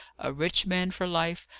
a rich man for life,